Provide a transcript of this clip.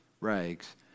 rags